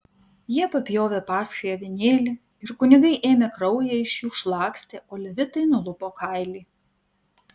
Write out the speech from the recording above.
jie papjovė paschai avinėlį ir kunigai ėmė kraują iš jų šlakstė o levitai nulupo kailį